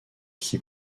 qui